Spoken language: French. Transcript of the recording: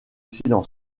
silence